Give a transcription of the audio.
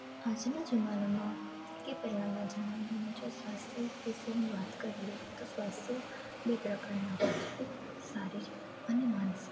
આજના જમાનામાં કે પહેલાના જમાનામાં જો સ્વાસ્થ વિશેની વાત કરીએ તો સ્વાસ્થ્ય બે પ્રકારના હોય છે શારીરિક અને માનસિક